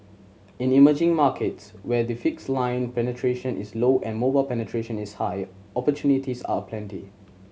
in emerging markets where the fixed line penetration is low and mobile penetration is high opportunities are aplenty